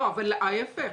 ההפך.